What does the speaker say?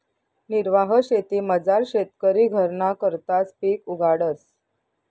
निर्वाह शेतीमझार शेतकरी घरना करताच पिक उगाडस